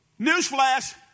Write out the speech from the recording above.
Newsflash